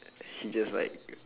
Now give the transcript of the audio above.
he just like